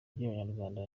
ry’abanyarwanda